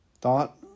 thought